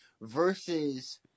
versus